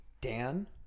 Dan